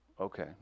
okay